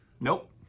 Nope